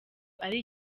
ari